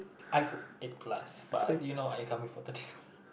iPhone eight plus but you know I come here for the